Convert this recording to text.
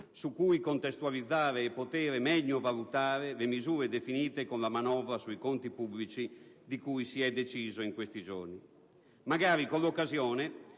su cui contestualizzare e poter meglio valutare le misure definite con la manovra sui conti pubblici di cui si è deciso in questi giorni. Con l'occasione,